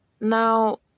Now